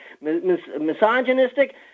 Misogynistic